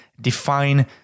define